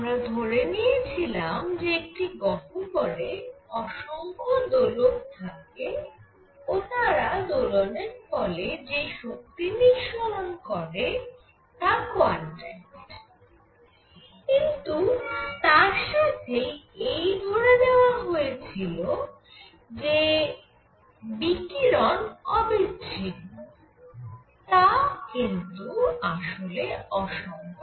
আমরা ধরে নিয়েছিলাম যে একটি গহ্বরে অসংখ্য দোলক থাকে ও তারা দোলনের ফলে যা শক্তি নিঃসরণ করে তা কোয়ান্টাইজড কিন্তু তার সাথেই এই ধরে নেওয়া যে বিকিরণ অবিচ্ছিন্ন তা আসলে অসঙ্গত